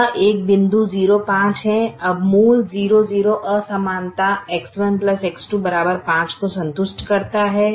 यह एक बिंदु 0 5 है अब मूल 0 0 असमानता X1 X2 5 को संतुष्ट करता है